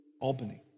Albany